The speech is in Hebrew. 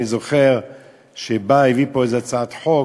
אני זוכר שבא והביא איזו הצעת חוק.